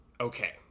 Okay